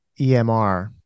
EMR